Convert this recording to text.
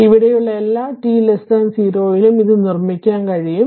അതിനാൽ ഇവിടെയുള്ള എല്ലാ ടി 0 യിലും ഇത് നിർമ്മിക്കാൻ കഴിയും